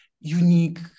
unique